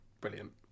Brilliant